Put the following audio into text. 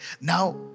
now